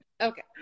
Okay